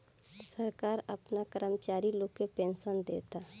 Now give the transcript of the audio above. सरकार आपना कर्मचारी लोग के पेनसन देता